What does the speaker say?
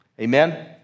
Amen